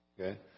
okay